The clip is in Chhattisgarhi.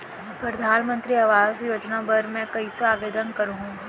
परधानमंतरी आवास योजना बर मैं कइसे आवेदन करहूँ?